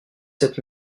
cette